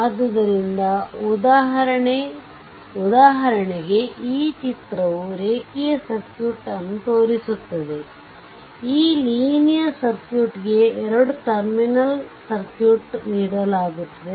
ಆದ್ದರಿಂದ ಉದಾಹರಣೆಗೆ ಈ ಚಿತ್ರವೂ ರೇಖೀಯ ಸರ್ಕ್ಯೂಟ್Thevenin' ಅನ್ನು ತೋರಿಸುತ್ತದೆ ಈ ಲೀನಿಯರ್ ಸರ್ಕ್ಯೂಟ್ಗೆ ಎರಡು ಟರ್ಮಿನಲ್ ಸರ್ಕ್ಯೂಟ್ ನೀಡಲಾಗುತ್ತದೆ